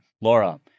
Laura